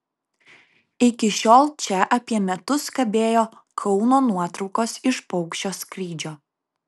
iki šiol čia apie metus kabėjo kauno nuotraukos iš paukščio skrydžio